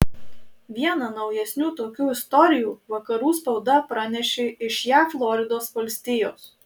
vieną naujesnių tokių istorijų vakarų spauda pranešė iš jav floridos valstijos